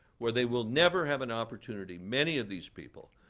where they will never have an opportunity, many of these people,